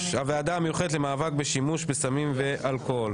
הוועדה המיוחדת למאבק בשימוש בסמים ואלכוהול.